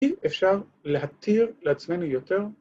‫אי אפשר להתיר לעצמנו יותר.